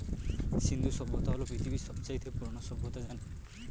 সিন্ধু সভ্যতা হল পৃথিবীর সব চাইতে পুরোনো সভ্যতা জানি